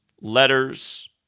letters